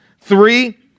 three